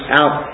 out